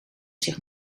zich